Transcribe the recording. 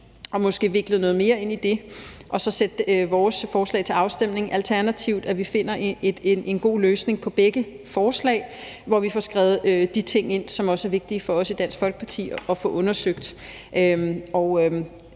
og måske vikle noget mere ind i, og så sætte vores forslag til afstemning, eller at vi finder en god løsning på begge forslag, hvor vi får skrevet de ting ind, som også er vigtige for os i Dansk Folkeparti at få undersøgt.